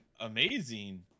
amazing